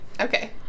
Okay